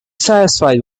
satisfied